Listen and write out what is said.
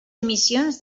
emissions